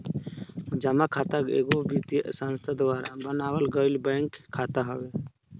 जमा खाता एगो वित्तीय संस्था द्वारा बनावल गईल बैंक खाता हवे